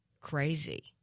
crazy